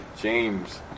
james